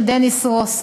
של דניס רוס,